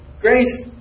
grace